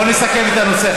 בואו נסכם את הנושא.